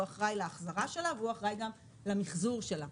להחזרה שלה וגם למיחזור שלה.